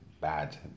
bad